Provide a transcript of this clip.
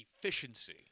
efficiency